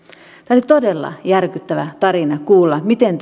oli todella järkyttävä tarina kuulla miten